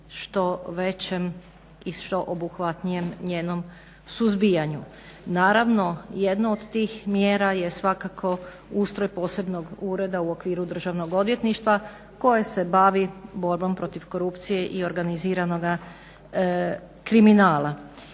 što većem i što obuhvatnijem njenom suzbijanju. Naravno, jedno od tih mjera je svakako ustroj posebnog ureda u okviru državnog odvjetništva koje se bavi borbom protiv korupcije i organiziranog kriminala.